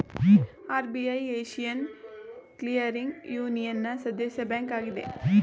RBI Asian clearing ಯೂನಿಯನ್ನ ಸದಸ್ಯ bank ಆಗಿದೆ